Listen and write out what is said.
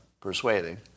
persuading